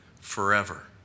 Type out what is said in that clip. forever